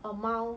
amount